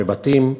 מבתים.